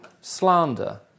slander